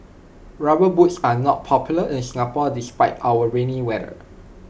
rubber boots are not popular in Singapore despite our rainy weather